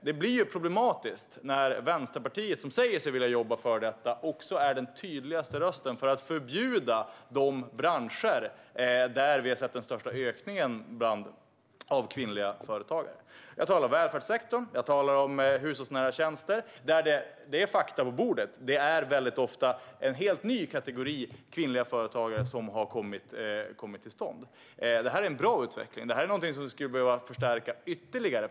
Det blir problematiskt när Vänsterpartiet, som säger sig vilja jobba för detta, också är den tydligaste rösten för att förbjuda de branscher där vi har sett den största ökningen av kvinnliga företagare. Jag talar om välfärdssektorn och hushållsnära tjänster. Fakta på bordet är att det ofta är en helt ny kategori kvinnliga företagare som har kommit till stånd där. Detta är en bra utveckling, och det är något vi skulle behöva förstärka ytterligare.